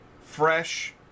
fresh